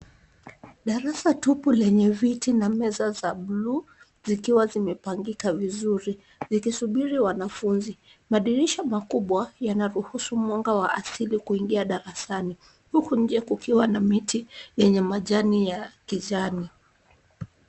Darasa tupu lenye viti na meza za blue zikiwa zimepangika vizuri, zikisubiri wanafunzi. Madirisha makubwa yanaruhusu mwanga wa asili kuingia darasani, huku nje kukiwa na miti yenye majani ya kijani.